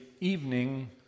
evening